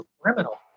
Criminal